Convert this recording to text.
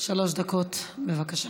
שלוש דקות, בבקשה.